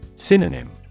Synonym